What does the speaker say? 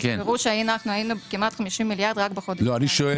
תזכרו שאנחנו היינו כמעט 50 מיליארד רק בחודש --- אני שואל